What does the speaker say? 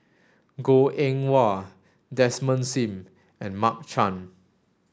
Goh Eng Wah Desmond Sim and Mark Chan